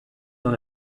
dans